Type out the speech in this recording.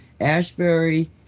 Ashbury